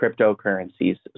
cryptocurrencies